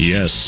Yes